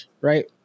right